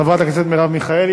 חברת הכנסת מרב מיכאלי,